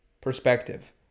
perspective